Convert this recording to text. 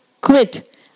quit